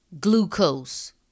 Glucose